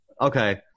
Okay